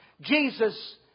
Jesus